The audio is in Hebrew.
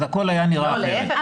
הכול היה נראה אחרת.